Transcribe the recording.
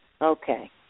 Okay